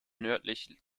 nördlich